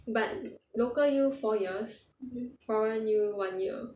but local U four years foreign U one year